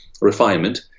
refinement